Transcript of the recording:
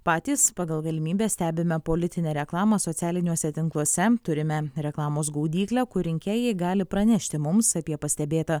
patys pagal galimybes stebime politinę reklamą socialiniuose tinkluose turime reklamos gaudyklę kur rinkėjai gali pranešti mums apie pastebėtą